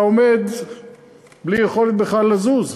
אתה עומד בלי יכולת בכלל לזוז,